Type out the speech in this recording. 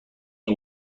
این